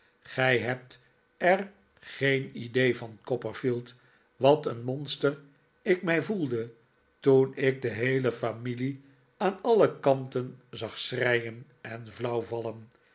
gij hebt er geen idee van copperfield wat een monster ik mij voelde toen ik de heele familie aan alle kanten zag schreien en flauw vallen